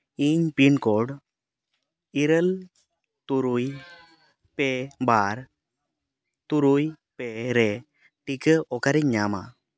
ᱤᱧ pin code ᱤᱨᱟᱹᱞ ᱛᱩᱨᱩᱭ ᱯᱮ ᱵᱟᱨ ᱛᱩᱨᱩᱭ ᱯᱮ ᱨᱮ ᱴᱤᱠᱟᱹ ᱚᱠᱟ ᱨᱮᱧ ᱧᱟᱢᱟ